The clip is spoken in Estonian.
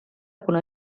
kuna